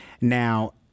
Now